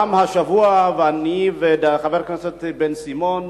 גם השבוע אני וחבר הכנסת בן-סימון